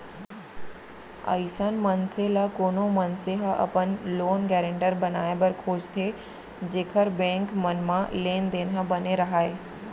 अइसन मनसे ल कोनो मनसे ह अपन लोन गारेंटर बनाए बर खोजथे जेखर बेंक मन म लेन देन ह बने राहय